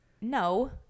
No